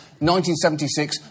1976